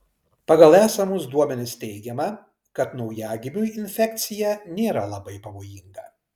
pagal esamus duomenis teigiama kad naujagimiui infekcija nėra labai pavojinga